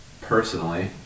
Personally